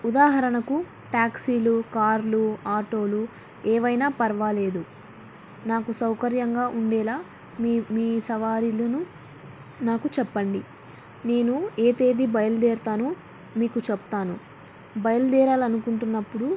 ఉదాహరణకు ట్యాక్సీలు కార్లు ఆటోలు ఏవైనా పర్వాలేదు నాకు సౌకర్యంగా ఉండేలా మీ మీ సవారిలను నాకు చెప్పండి నేను ఏ తేది బయలుదేతానో మీకు చెప్తాను బయలుదేరాలనుకుంటున్నప్పుడు